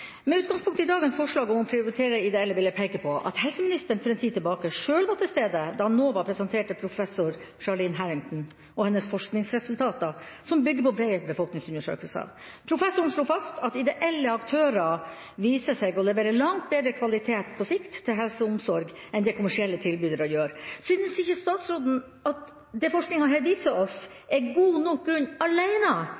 Med utgangspunkt i dagens forslag om å prioritere ideelle vil jeg peke på at helseministeren for en tid sida selv var til stede da NOVA presenterte professor Charlene Harrington og hennes forskningsresultater som bygde på breie befolkningsundersøkelser. Professoren slo fast at ideelle aktører viser seg å levere langt bedre kvalitet på sikt til helse- og omsorgssektoren enn kommersielle tilbydere gjør. Synes ikke statsråden at det som denne forskninga viser oss,